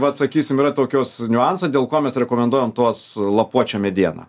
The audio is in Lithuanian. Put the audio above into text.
vat sakysim yra tokios niuansai dėl ko mes rekomenduojam tuos lapuočių medieną